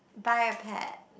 buy a pet